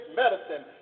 medicine